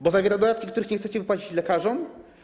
Bo zawiera dodatki, których nie chcecie wypłacić lekarzom?